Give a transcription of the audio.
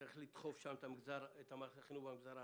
צריך לדחוף את מערכת החינוך במגזר הערבי,